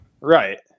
Right